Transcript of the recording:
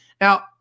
Now